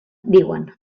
diuen